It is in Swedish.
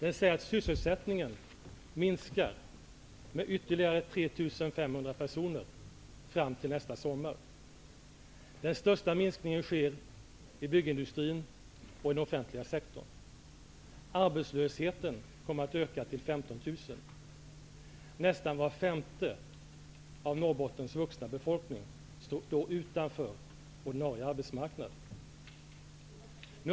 Den visar att sysselsättningen minskar med ytterligare 3 500 personer fram till nästa sommar. Den största minskningen sker inom byggindustrin och den offentliga sektorn. Arbetslösheten kommer att öka till 15 000; nästan var femte av Norrbottens vuxna befolkning står då utanför den ordinarie arbetsmarknaden.